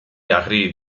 agree